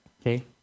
okay